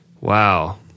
Wow